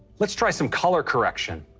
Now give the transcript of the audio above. let's try some color correction.